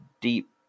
deep